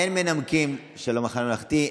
אין מנמקים של המחנה הממלכתי,